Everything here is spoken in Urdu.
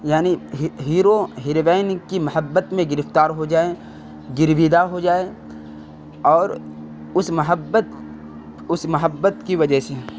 یعنی ہیرو ہروین کی محبت میں گرفتار ہو جائے گرویدا ہو جائے اور اس محبت اس محبت کی وجہ سے